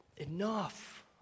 enough